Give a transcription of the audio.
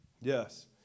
Yes